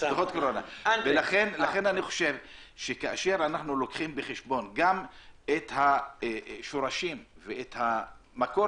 לכן אני חושב שכשלוקחים בחשבון את השורשים ואת מקור